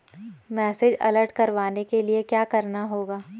Message alert करवाने के लिए क्या करना होगा?